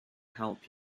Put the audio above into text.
help